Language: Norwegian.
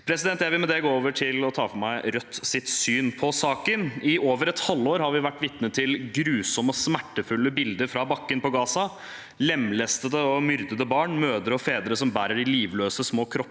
Jeg vil gå over til å ta for meg Rødts syn på saken. I over et halvt år har vi vært vitne til grusomme, smertefulle bilder fra bakken på Gaza – lemlestede og myrdede barn, mødre og fedre som bærer de livløse små kroppene